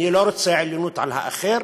אני לא רוצה עליונות על אחר,